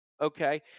Okay